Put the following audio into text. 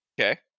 Okay